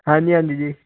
ਹਾਂਜੀ ਹਾਂਜੀ ਜੀ